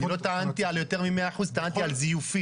אני לא טענתי על יותר מ-100%, טענתי על זיופים.